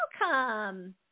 Welcome